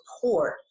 support